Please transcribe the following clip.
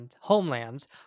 homelands